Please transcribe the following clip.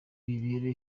bibere